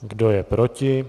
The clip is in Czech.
Kdo je proti?